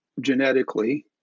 genetically